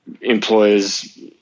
Employers